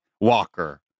Walker